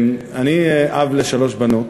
אני אב לשלוש בנות,